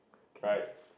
right